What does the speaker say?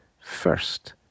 first